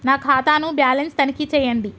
నా ఖాతా ను బ్యాలన్స్ తనిఖీ చేయండి?